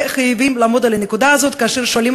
וחייבים לעמוד על הנקודה הזאת כאשר שואלים